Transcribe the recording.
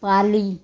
पाली